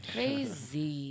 Crazy